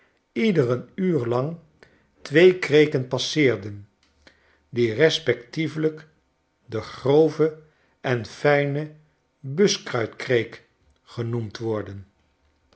ieder een uur lang twee kreken passeerden die respectievelyk de grove en fyne buskruitkreek genoemd worden